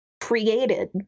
created